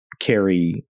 carry